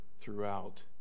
throughout